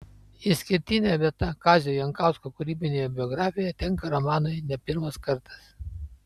išskirtinė vieta kazio jankausko kūrybinėje biografijoje tenka romanui ne pirmas kartas